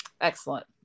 excellent